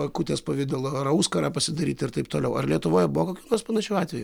akutės pavidalo ar auskarą pasidaryti ir taip toliau ar lietuvoje buvo kokių nors panašių atvejų